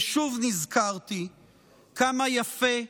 ושוב נזכרתי כמה יפה,